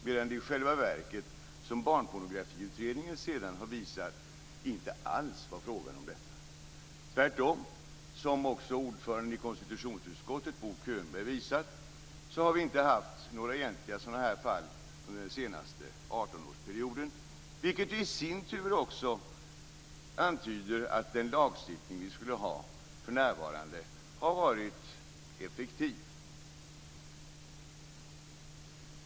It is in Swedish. Men i själva verket var det inte alls frågan om detta, vilket Barnpornografiutredningen sedan har visat. Tvärtom har vi inte haft några egentliga sådana fall under den senaste 18-årsperioden, vilket ordföranden i konstitutionsutskottet, Bo Könberg visat. Det tyder i sin tur på att den lagstiftning vi har för närvarande har varit effektiv.